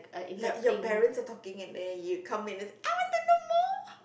like your parents are talking and then you come in and just I want to know more